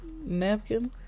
napkin